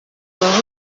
aho